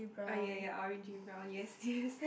oh ya ya orangey brown yes yes